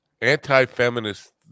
anti-feminist